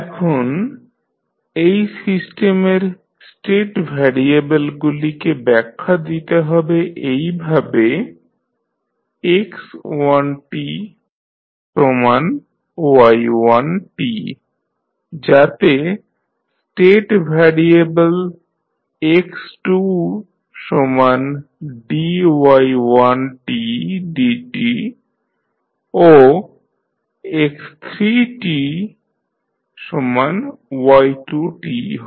এখন এই সিস্টেমের স্টেট ভ্যারিয়েবলগুলিকে ব্যাখ্যা দিতে হবে এইভাবে x1y1t যাতে স্টেট ভ্যারিয়েবল x2dy1dt ও x3y2t হয়